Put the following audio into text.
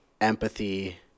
empathy